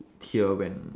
here when